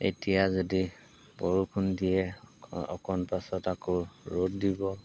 এতিয়া যদি বৰষুণ দিয়ে অকণমান পাছত আকৌ ৰ'দ দিব